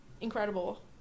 Incredible